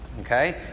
Okay